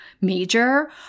major